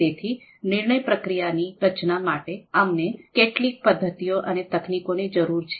તેથી નિર્ણય પ્રક્રિયા ની રચના માટે અમને કેટલીક પદ્ધતિઓ અને તકનીકો ની જરૂર છે